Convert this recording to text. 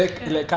ya